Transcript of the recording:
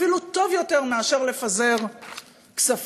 אפילו טוב יותר מאשר לפזר כספים